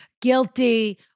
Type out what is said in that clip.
guilty